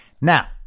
now